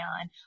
on